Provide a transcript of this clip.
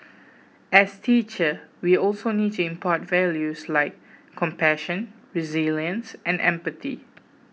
as teachers we also need to impart values like compassion resilience and empathy